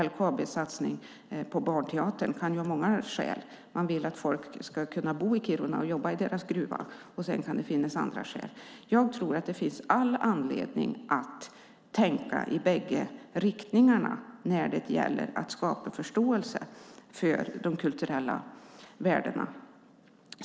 LKAB:s satsning på barnteatern kan ha många skäl. Man vill att folk ska kunna bo i Kiruna och jobba i deras gruva. Men sedan kan det finnas andra skäl. Jag tycker att det finns all anledning att tänka i bägge riktningarna när det gäller att skapa förståelse för de kulturella värdena.